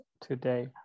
today